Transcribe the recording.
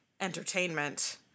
entertainment